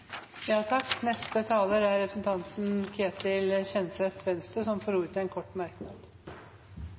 får ordet til en kort merknad,